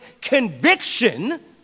conviction